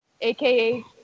aka